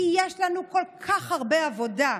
יש לנו הרבה עבודה.